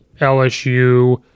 LSU